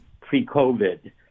pre-COVID